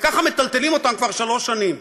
וככה מטלטלים אותם כבר שלוש שנים.